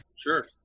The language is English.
sure